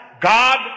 God